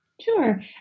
Sure